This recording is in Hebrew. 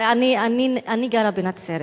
אני גרה בנצרת,